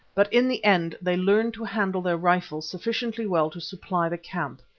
but in the end they learned to handle their rifles sufficiently well to supply the camp.